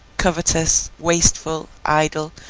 covetous, wasteful, idle,